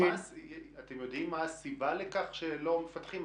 אתם יודעים מה הסיבה לכך שלא מפתחים?